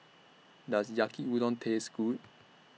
Does Yaki Udon Taste Good